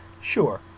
Sure